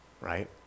right